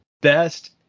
best